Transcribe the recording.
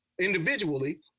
individually